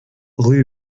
rue